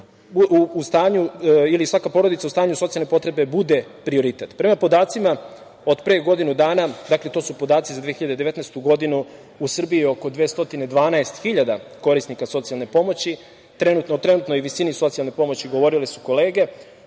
dete ili svaka porodica, u stanju socijalne potrebe bude prioritet. Prema podacima od pre godinu dana, dakle to su podaci za 2019. godinu u Srbiji je oko 212 hiljada korisnika socijalne pomoći trenutno, o trenutnoj visini socijalne pomoći govorile su kolege.